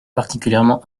particulièrement